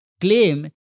claim